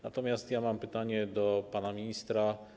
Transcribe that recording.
Natomiast ja mam pytanie do pana ministra.